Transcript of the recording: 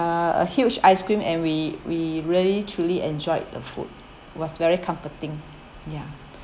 uh a huge ice cream and we we really truly enjoyed the food it was very comforting ya